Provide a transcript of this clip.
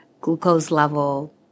glucose-level